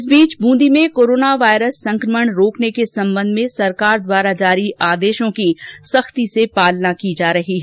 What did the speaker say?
इस बीच बूंदी में कोरोना वायरस संकमण रोकने के संबंध में सरकार द्वारा जारी आदेशों की सख्ती से पालना की जा रही है